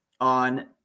on